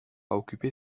occuper